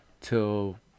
till